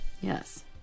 Yes